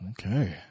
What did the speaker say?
Okay